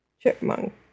chipmunk